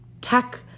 tech